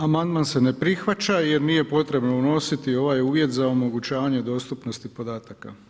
Amandman se ne prihvaća jer nije potrebno unositi ovaj uvjet za omogućavanje dostupnosti podataka.